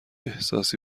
احساسی